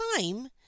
time